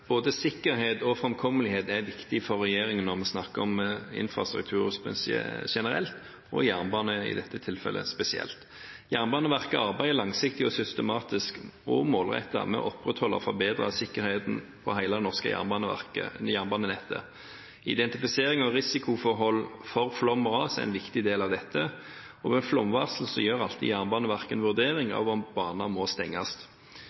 Både sikkerhet og framkommelighet er viktig for regjeringen når vi snakker om infrastruktur generelt og – i dette tilfellet – jernbane spesielt. Jernbaneverket arbeider langsiktig, systematisk og målrettet med å opprettholde og forbedre sikkerheten på hele det norske jernbanenettet. Identifisering av risikoforhold for flom og ras er en viktig del av dette, og ved flomvarsel gjør alltid Jernbaneverket en vurdering av om baner må stenges.